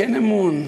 כן-אמון,